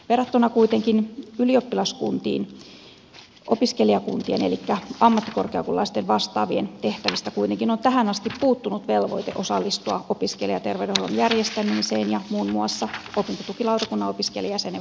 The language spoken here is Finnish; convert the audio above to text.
verrattuna kuitenkin ylioppilaskuntiin opiskelijakuntien elikkä ammattikorkeakoululaisten vastaavien tehtävistä on tähän asti puuttunut velvoite osallistua opiskelijaterveydenhuollon järjestämiseen ja muun muassa opintotukilautakunnan opiskelijajäsenen valintaan